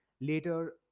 Later